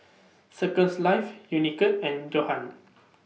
Circles Life Unicurd and Johan